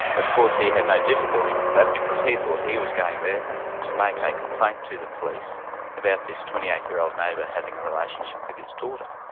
of course he had no difficulty with that because he thought he was going there to make a complaint to the police about this twenty eight year old neighbour having a relationship with his daughter.